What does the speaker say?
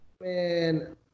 Man